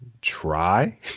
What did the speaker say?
try